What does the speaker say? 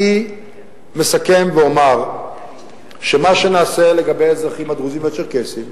אני מסכם ואומר שמה שנעשה לגבי האזרחים הדרוזים והצ'רקסים,